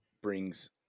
brings